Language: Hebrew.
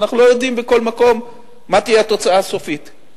ואנחנו לא יודעים מה תהיה התוצאה הסופית בכל מקום.